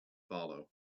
follow